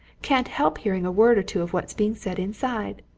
can't help hearing a word or two of what's being said inside.